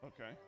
Okay